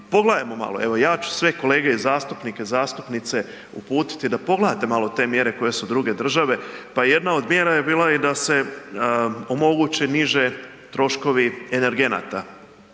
pogledajmo malo, evo ja ću sve kolege zastupnike i zastupnice uputiti da pogledate malo te mjere koje su druge države, pa jedan od mjera je bila i da se omogući niže troškovi energenata,